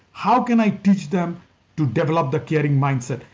how can i teach them to double up their caring mindset?